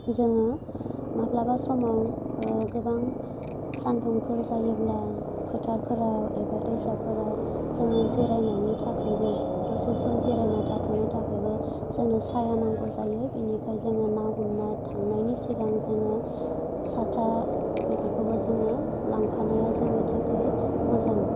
जोङो माब्लाबा समाव गोबां सान्दुंफोर जायोब्ला फोथारफोराव एबा दैसाफोराव जोंनो जिरायनायनि थाखायबो दसे सम जिरायना थाथ'नो थाखायबो जोंनो सायहा नांगौ जायो बेनिखायनो जोङो ना हमनो थांनायनि सिगां जोङो साथा बेफोरखौबो जोङो लांफानाया जोंनि थाखाय मोजां